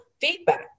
feedback